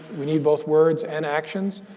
we need both words and actions.